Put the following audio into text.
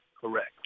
correct